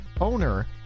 owner